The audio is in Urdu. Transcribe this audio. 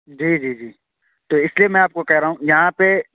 جی جی جی تو اس لیے میں آپ کو کہہ رہا ہوں یہاں پہ